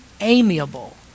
amiable